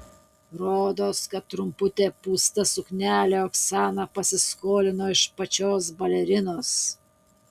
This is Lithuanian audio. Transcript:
rodos kad trumputę pūstą suknelę oksana pasiskolino iš pačios balerinos